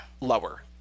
Lower